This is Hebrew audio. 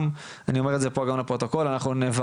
גם אני אומר את זה פה לשם הפרוטוקול, אנחנו נברר.